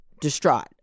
distraught